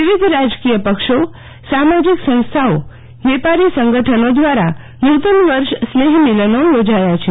વિવિધ રાજકીય પક્ષો સામાજીક સંસ્થાઓ વેપારી સંગઠનો દ્વારા નુતનવર્ષ સ્નેહમિલનો યોજાયા છે